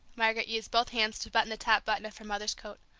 margaret used both hands to button the top button of her mother's coat.